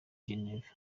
genève